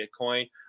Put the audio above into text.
Bitcoin